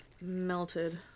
Melted